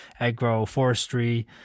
agroforestry